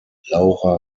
laura